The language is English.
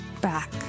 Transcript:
back